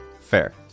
fair